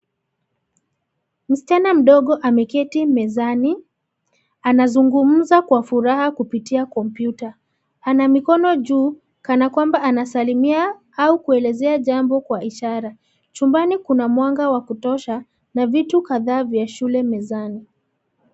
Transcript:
Msichana mdogo ameketi mezani, anazungumza kwa furaha kupitia kompyuta, ana mikono juu, kana kwamba anasalimia, au kuelezea jambo kwa ishara, chumbani kuna mwanga wa kutosha, na vitu kadhaa vya shule mezani.